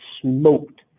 smoked